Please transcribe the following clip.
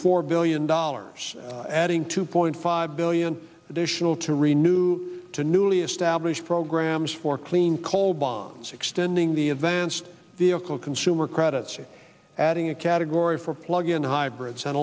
four billion dollars adding two point five billion the tional to re new to newly established programs for clean coal bombs extending the advanced vehicle consumer credit so adding a category for plug in hybrids an